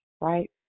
Right